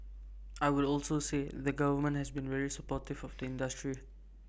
I would also say the government has been very supportive of the industry